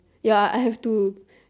ya I I have to